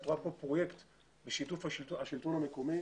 את רואה פרויקט בשיתוף השלטון המקומי,